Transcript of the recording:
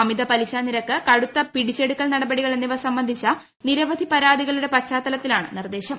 അമിത പലിശ നിരക്ക് കടുത്ത പിടിച്ചെടുക്കൽ നടപടികൾ എന്നിവ സംബന്ധിച്ച നിരവധി പരാതികളുടെ പശ്ചാത്തലത്തിലാണ് നിർദ്ദേശം